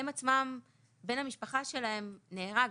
בן המשפחה שלהם נהרג,